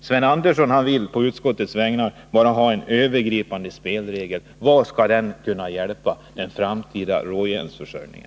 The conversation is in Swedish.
Sven Andersson vill på utskottets vägnar bara ha till stånd en övergripande spelregel. Hur skall en sådan kunna lösa problemet med den framtida råjärnsförsörjningen?